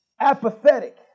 apathetic